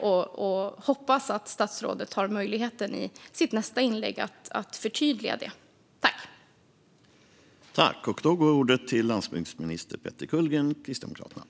Men jag hoppas att statsrådet har möjlighet att förtydliga detta i sitt nästa inlägg.